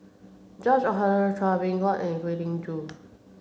George Oehlers Chua Beng Huat and Kwek Leng Joo